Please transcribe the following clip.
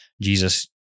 jesus